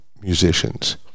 musicians